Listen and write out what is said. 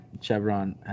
Chevron